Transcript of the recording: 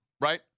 Right